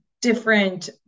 Different